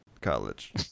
college